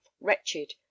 wretched